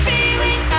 Feeling